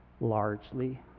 Largely